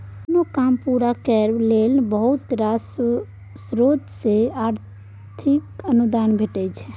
कोनो काम पूरा करय लेल बहुत रास स्रोत सँ आर्थिक अनुदान भेटय छै